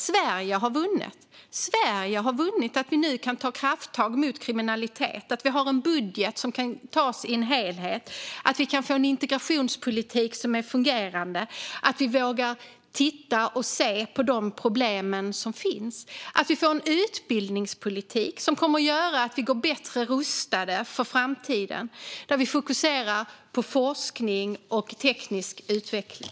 Sverige har vunnit att vi nu kan ta krafttag mot kriminalitet, att vi har en budget som kan antas som en helhet, att vi kan få en integrationspolitik som är fungerande, att vi vågar se de problem som finns och att vi får en utbildningspolitik som kommer att göra att vi står bättre rustade inför framtiden, där vi fokuserar på forskning och teknisk utveckling.